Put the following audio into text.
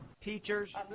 teachers